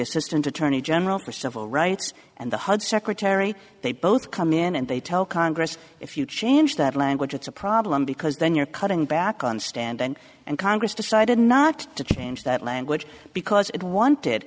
assistant attorney general for civil rights and the hud secretary they both come in and they tell congress if you change that language it's a problem because then you're cutting back on stand and and congress decided not to change that language because it wanted